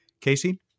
Casey